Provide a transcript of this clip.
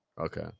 Okay